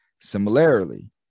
Similarly